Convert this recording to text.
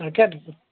তাকে